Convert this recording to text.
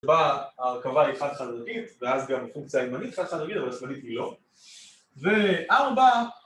ההרכבה היא חד חד ערכית, ואז גם הפונקציה הימנית חד חד ערכית, אבל השמאלית היא לא, וארבע